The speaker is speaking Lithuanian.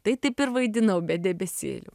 tai taip ir vaidinau be debesėlio